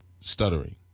stuttering